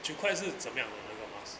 九块是怎么样那个 mask